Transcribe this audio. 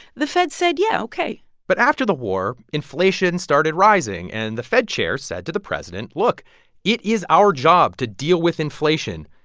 the fed said, yeah, ok but after the war, inflation started rising. and the fed chair said to the president, look it is our job to deal with inflation.